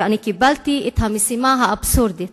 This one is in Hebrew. ואני קיבלתי את המשימה האבסורדית